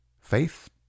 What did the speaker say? Faith